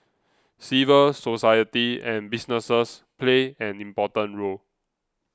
civil society and businesses play an important role